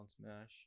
smash